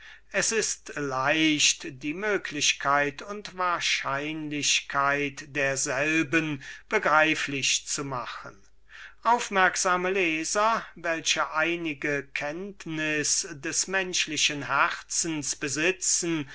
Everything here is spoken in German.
es ist leicht die möglichkeit und wahrscheinlichkeit derselben begreiflich zu machen aufmerksame leser welche einige kenntnis des menschlichen herzens